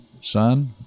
son